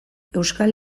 euskal